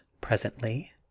presently